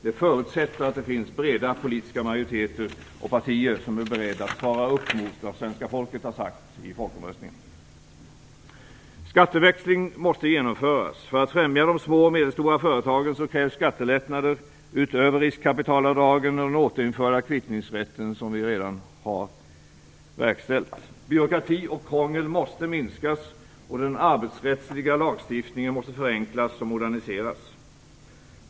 Det förutsätter att det finns breda politiska majoriteter och partier som är beredda att svara upp mot vad svenska folket har sagt i folkomröstningen. Skatteväxling måste genomföras. För att främja de små och medelstora företagen krävs skattelättnader utöver riskkapitalavdragen och den återinförda kvittningsrätten, som vi redan har verkställt. Byråkrati och krångel måste minskas, och den arbetsrättsliga lagstiftningen måste förenklas och moderniseras.